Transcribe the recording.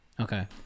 Okay